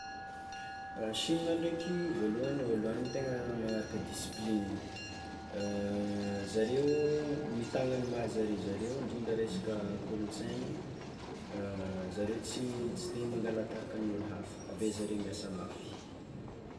Sina ndraiky voalohany olo agny tegna magnaraka disiplina, zareo mitagna ny maha zare zareo ndrindra resaka kolontsainy, zareo tsy tsy de mangala tahake nen'olo hafa, aveo zareo miasa mafy.